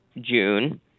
June